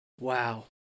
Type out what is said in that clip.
wow